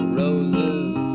roses